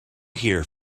here